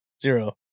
Zero